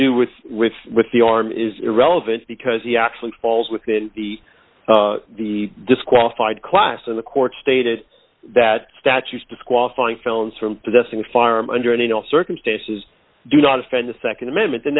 do with with with the arm is irrelevant because he actually falls within the the disqualified class of the court stated that statutes disqualifying films from possessing a firearm under any circumstances do not offend the nd amendment